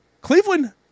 Cleveland